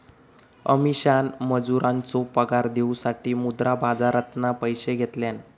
अमीषान मजुरांचो पगार देऊसाठी मुद्रा बाजारातना पैशे घेतल्यान